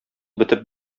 бетеп